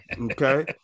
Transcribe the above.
okay